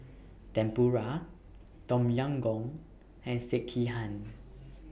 Tempura Tom Yam Goong and Sekihan